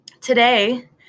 today